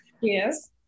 Yes